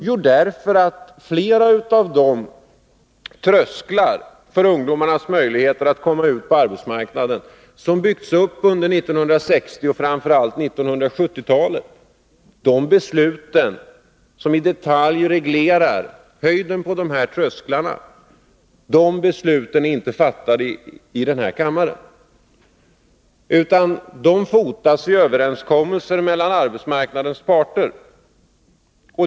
Jo, under 1960-talet och framför allt 1970-talet har det byggts upp trösklar för ungdomarnas möjligheter att komma ut på arbetsmarknaden, och de beslut som i detalj reglerar höjden på dessa trösklar är inte fattade här i kammaren. De fotas i överenskommelser mellan arbetsmarknadens parter.